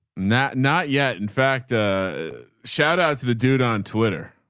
not not yet. in fact, a shout out to the dude on twitter.